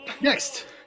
Next